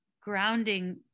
grounding